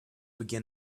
begin